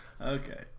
Okay